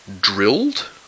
drilled